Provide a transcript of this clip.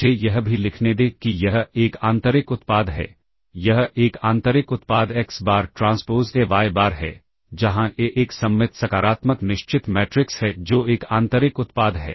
मुझे यह भी लिखने दें कि यह एक आंतरिक उत्पाद है यह एक आंतरिक उत्पाद X bar transpose A Y bar है जहां ए एक सममित सकारात्मक निश्चित मैट्रिक्स है जो एक आंतरिक उत्पाद है